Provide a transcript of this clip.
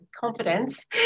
confidence